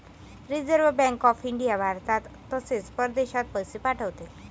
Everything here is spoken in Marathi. रिझर्व्ह बँक ऑफ इंडिया भारतात तसेच परदेशात पैसे पाठवते